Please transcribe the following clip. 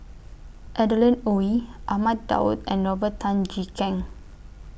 Adeline Ooi Ahmad Daud and Robert Tan Jee Keng